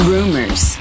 Rumors